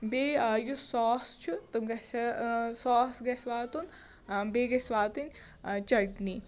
بیٚیہِ یُس ساس چھُ تِم گژھِ ساس گژھِ واتُن بیٚیہِ گژھِ واتٕنۍ چیٚٹِنی